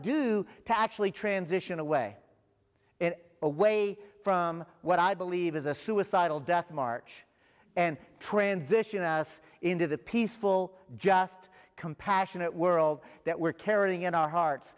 do to actually transition away and away from what i believe is a suicidal death march and transition us into the peaceful just compassionate world that we're carrying in our hearts